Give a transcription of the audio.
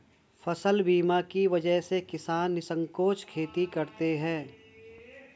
फसल बीमा की वजह से किसान निःसंकोच खेती करते हैं